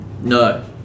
No